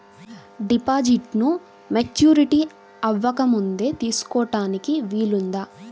డిపాజిట్ను మెచ్యూరిటీ అవ్వకముందే తీసుకోటానికి వీలుందా?